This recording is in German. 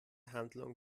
handlung